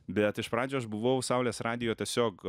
bet iš pradžių aš buvau saulės radijo tiesiog